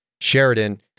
Sheridan